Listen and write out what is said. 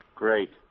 Great